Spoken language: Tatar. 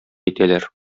итәләр